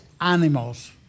animals